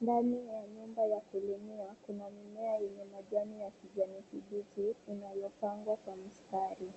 Ndani ya nyumba ya kulimia, kuna mimea yenye majani ya kijani kibichi inayopandwa kwa mstari.